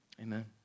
amen